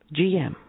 GM